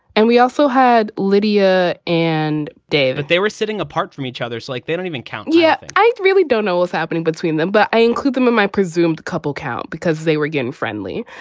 and we also had lydia and dave, and but they were sitting apart from each others, like they don't even count. yeah i really don't know what's happening between them, but i include them in my presumed couple count because they were again friendly.